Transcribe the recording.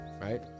right